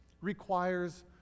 requires